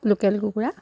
local কুকুৰা